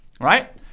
right